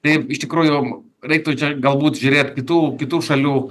taip iš tikrųjų reiktų čia galbūt žiūrėt kitų kitų šalių